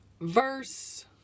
verse